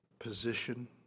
position